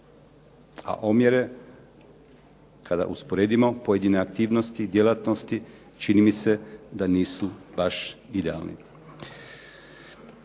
a omjere kada usporedimo pojedine aktivnosti djelatnosti čini mi se da nisu baš idealni.